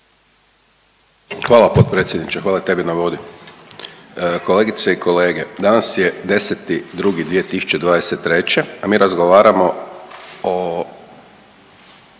Hvala potpredsjedniče, hvala tebi na vodi. Kolegice i kolege, danas je 10.2.2023. a mi razgovaramo o